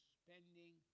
spending